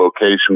location